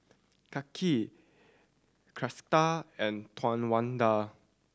Kaia Kristal and Towanda